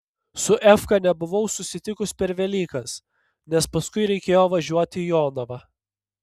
su efka nebuvau susitikus per velykas nes paskui reikėjo važiuoti į jonavą